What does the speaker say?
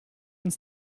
uns